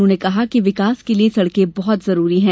उन्होंने कहा कि विकास के लिए सड़के बहुत जरूरी हैं